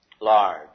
Large